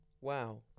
wow